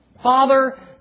Father